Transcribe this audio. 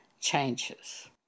changes